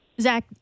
Zach